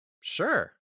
Sure